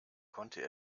konnte